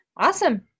Awesome